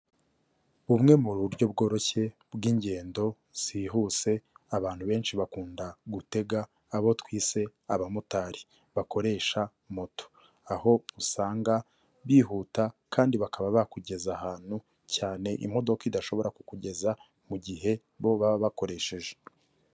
Bumwe mu buryo bworoshye bw'ingendo zihuse, abantu benshi bakunda gutega, abo twise abamotari bakoresha moto, aho usanga bihuta kandi bakaba bakugeza ahantu, cyane imodoka idashobora kukugeza mu gihe bo baba bakoresheje.